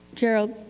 gerald,